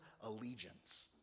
allegiance